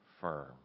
firm